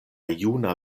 juna